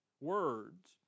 words